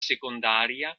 secondaria